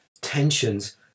tensions